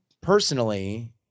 personally